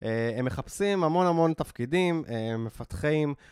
הם מחפשים המון המון תפקידים, הם מפתחים